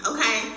Okay